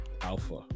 alpha